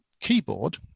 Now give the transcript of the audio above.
keyboard